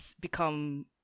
become